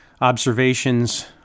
observations